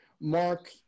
Mark